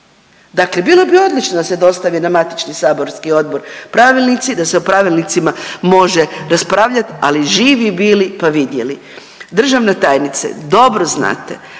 Dakle, bilo bi odlično da se dostavi na matični saborski odbor pravilnici, da se o pravilnicima može raspravljati, ali živi bili pa vidjeli. Državna tajnice dobro znate